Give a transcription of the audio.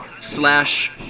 slash